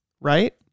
right